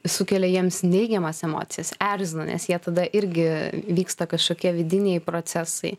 sukelia jiems neigiamas emocijas erzina nes jie tada irgi vyksta kažkokie vidiniai procesai